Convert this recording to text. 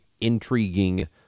intriguing